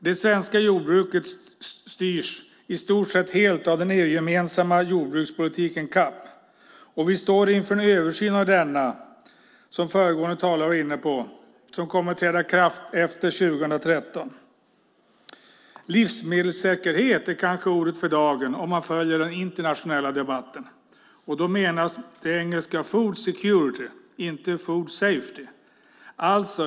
Det svenska jordbruket styrs i stort sett helt av den EU-gemensamma jordbrukspolitiken CAP. Vi står inför en översyn av denna, som föregående talare var inne på, som kommer att träda i kraft efter 2013. Livmedelssäkerhet är kanske ordet för dagen om man följer den internationella debatten. Då menas det engelska food security - inte food safety.